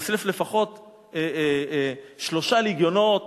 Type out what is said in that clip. הוא אוסף לפחות שלושה לגיונות